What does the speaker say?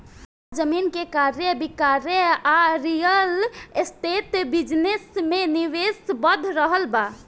आज जमीन के क्रय विक्रय आ रियल एस्टेट बिजनेस में निवेश बढ़ रहल बा